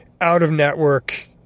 out-of-network